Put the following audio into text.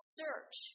search